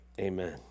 amen